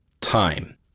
time